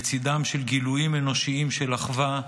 בצידם של גילויים אנושיים של אחווה,